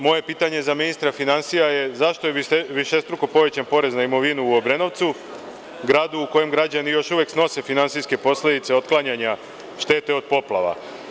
Moje pitanje za ministra finansija jeste – zašto je višestruko povećan porez na imovinu u Obrenovcu gradu u kojem građani snose finansijske posledice otklanjanja štete od poplava?